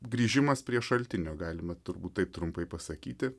grįžimas prie šaltinio galima turbūt taip trumpai pasakyti